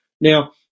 Now